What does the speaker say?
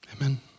Amen